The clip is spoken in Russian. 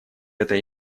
этой